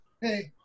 Hey